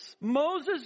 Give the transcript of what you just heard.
Moses